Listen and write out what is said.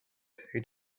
who